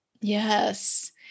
yes